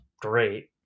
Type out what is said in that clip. great